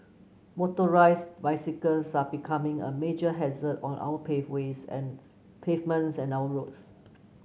motorised bicycles are becoming a major hazard on our pave ways and pavements and our roads